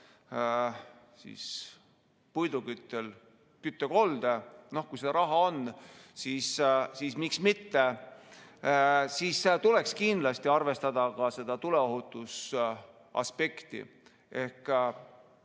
uue puiduküttel küttekolde – no kui seda raha on, siis miks mitte –, siis tuleks kindlasti arvestada ka seda tuleohutuse aspekti. Ehk